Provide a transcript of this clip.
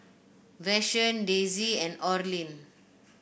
Vashon Daisey and Orlin